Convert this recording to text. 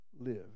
live